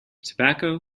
tobacco